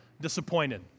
disappointed